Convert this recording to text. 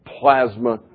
plasma